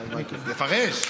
אוקיי, לפרש.